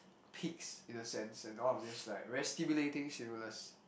peaks in a sense and all of this like very stimulating stimulus